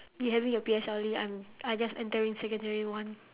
you having your P_S_L_E I'm I just entering secondary one